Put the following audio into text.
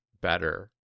better